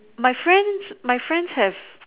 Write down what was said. my friends my friends have